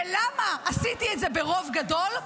ולמה עשיתי את זה ברוב גדול?